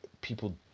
people